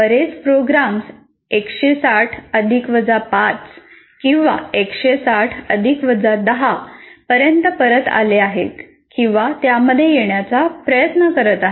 बरेच प्रोग्राम्स 160 अधिकवजा 5 किंवा 160 अधिकवजा 10 पर्यंत परत आले आहेत किंवा त्यामध्ये येण्याचा प्रयत्न करीत आहेत